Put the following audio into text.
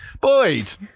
Boyd